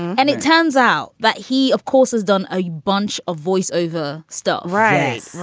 and it turns out that he, of course, has done a bunch of voiceover stuff. right.